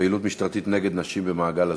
פעילות משטרתית נגד נשים במעגל הזנות.